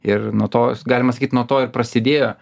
ir nuo to galima sakyt nuo to ir prasidėjo